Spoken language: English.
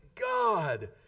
God